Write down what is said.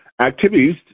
Activities